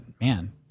man